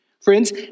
Friends